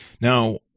Now